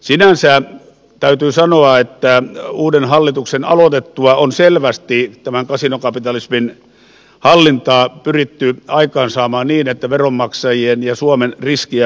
sinänsä täytyy sanoa että uuden hallituksen aloitettua on selvästi tämän kasinokapitalismin hallintaa pyritty aikaansaamaan niin että veronmaksajien ja suomen riskiä pienennetään ja sijoittajien vastuuta korostetaan